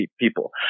people